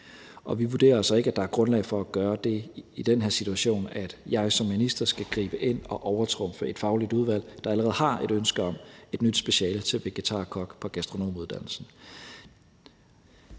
Vi vurderer altså ikke, at der i den her situation er grundlag for at gøre det, at jeg som minister skal gribe ind og overtrumfe et fagligt udvalg, der allerede har et ønske om et nyt speciale til uddannelsen til vegetarkok på gastronomuddannelsen.